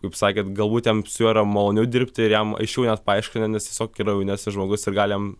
kaip sakėt galbūt jam su juo yra maloniau dirbti ir jam aiškiau net paaiškina nes tiesiog yra jaunesnis žmogus ir gali jam